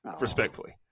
respectfully